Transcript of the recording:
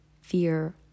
fear